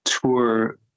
tour